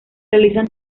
realizan